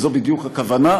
זו בדיוק הכוונה.